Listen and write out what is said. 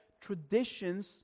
traditions